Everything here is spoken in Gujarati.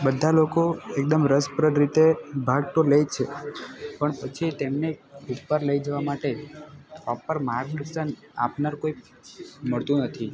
બધા લોકો એકદમ રસપ્રદ રીતે ભાગ તો લે છે પણ પછી તેમને ઉપર લઈ જવા માટે પ્રોપર માર્ગદર્શન આપનાર કોઈ મળતું નથી